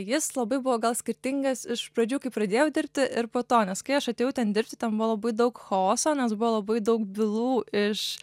jis labai buvo gal skirtingas iš pradžių kai pradėjau dirbti ir po to nes kai aš atėjau ten dirbti ten buvo labai daug chaoso nes buvo labai daug bylų iš